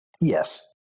Yes